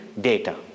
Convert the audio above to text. data